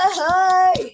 hi